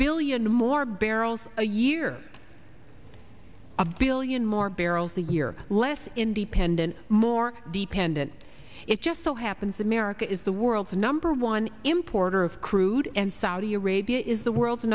billion more barrels a year a billion more barrels a year less independent more dependent it just so happens america is the world's number one importer of crude and saudi arabia is the world's